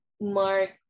Mark